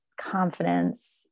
confidence